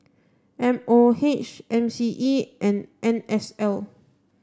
M O H M C E and N S L